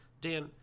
Dan